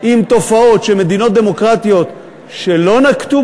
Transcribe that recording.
עם תופעות שמדינות דמוקרטיות שלא נקטו